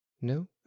No